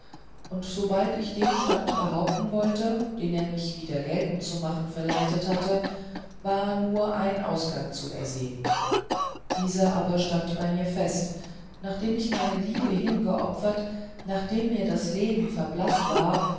und sobald ich den stand behaupten wollte den er mich wieder geltend zu machen verleitet hatte war nur ein ausgang zu ersehen dieses aber stand bei mir fest nachdem ich meine liebe hingeopfert nachdem mir das leben verblaßt war